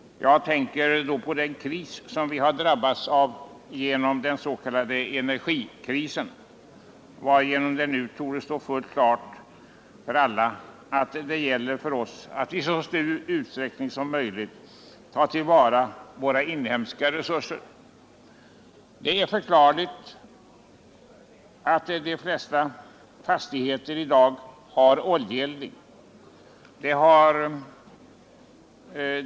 Jag tänker på den s.k. energikrisen, som vi har drabbats av och genom vilken det torde stå fullt klart för oss alla att det gäller att i så stor utsträckning som möjligt ta till vara våra inhemska resurser. Det är förklarligt att de flesta fastigheter i dag uppvärms genom oljeeldning.